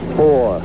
four